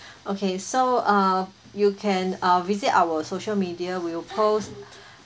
okay so uh you can uh visit our social media we'll post we will post